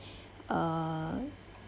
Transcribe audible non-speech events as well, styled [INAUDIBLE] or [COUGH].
[BREATH] uh